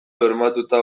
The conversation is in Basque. bermatuta